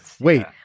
wait